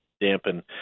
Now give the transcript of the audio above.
dampen